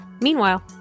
Meanwhile